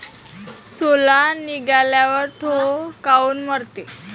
सोला निघाल्यावर थो काऊन मरते?